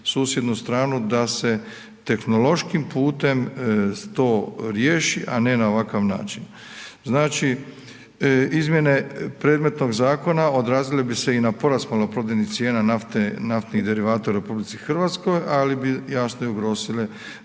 susjednu stranu da se tehnološkim putem to riješi, a ne na ovakav način. Znači, izmjene predmetnog zakona odrazili bi se i na porast maloprodajnih cijena nafte i naftnih derivata u RH, ali bi jasno i ugrozile